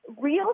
real